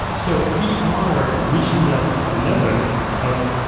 so we are reaching that level of,